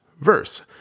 verse